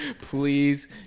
Please